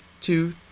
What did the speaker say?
two